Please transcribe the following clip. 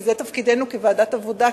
וזה תפקידנו כוועדת העבודה,